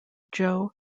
joe